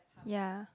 ya